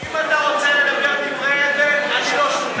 אם אתה רוצה לדבר דברי הבל, אני לא שותף.